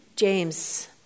James